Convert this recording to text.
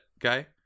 guy